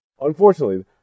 Unfortunately